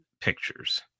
pictures